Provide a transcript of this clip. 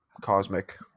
cosmic